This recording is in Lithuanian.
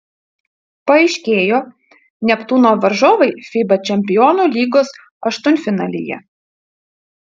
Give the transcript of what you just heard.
paaiškėjo neptūno varžovai fiba čempionų lygos aštuntfinalyje